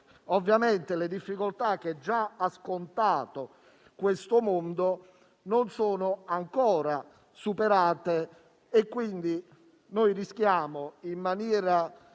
ovviamente perché le difficoltà che già ha scontato questo mondo non sono ancora superate e, quindi, rischiamo in maniera